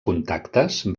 contactes